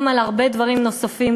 גם על הרבה דברים נוספים,